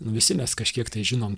visi mes kažkiek tai žinom